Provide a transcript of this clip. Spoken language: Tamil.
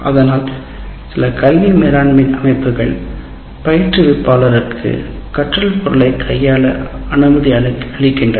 அதனால் சில கல்வி மேலாண்மை அமைப்புகள் பயிற்றுவிப்பாளருக்கு பொருளைக் கையாள அனுமதிக்கின்றன